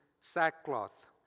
sackcloth